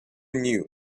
knew